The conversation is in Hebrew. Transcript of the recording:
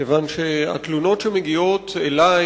כיוון שמעבר לסוגיה העקרונית של אימון צבאי ביישוב